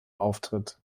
auftritt